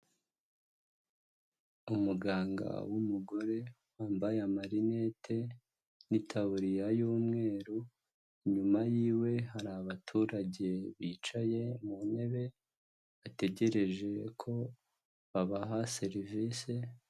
Umuganga w'umugore wambaye amarinete n'itabuririya y'umweru, inyuma yiwe hari abaturage bicaye mu ntebe bategereje ko babaha serivise.